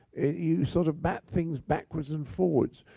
you sort of bat things backwards and forwards.